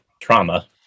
trauma